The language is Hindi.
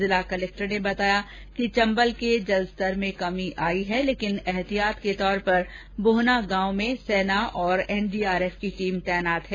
जिला कलेक्टर ने बताया कि चंबल के जलस्तर में कमी आई है लेकिन ऐहतियात के तौर पर बोहना गांव में सेना और एनडीआरएफ की टीम तैनात है